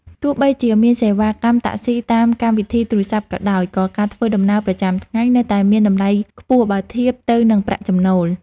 ទោះបីជាមានសេវាកម្មតាក់ស៊ីតាមកម្មវិធីទូរស័ព្ទក៏ដោយ ក៏ការធ្វើដំណើរប្រចាំថ្ងៃនៅតែមានតម្លៃខ្ពស់បើធៀបទៅនឹងប្រាក់ចំណូល។